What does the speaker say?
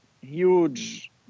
huge